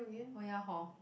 oh ya hor